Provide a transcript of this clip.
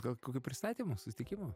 gal kokių pristatymų susitikimų